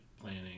planning